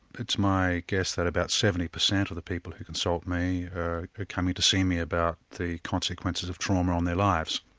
it's my guess that about seventy percent of the people who consult me are coming to see me about the consequences of trauma on their lives.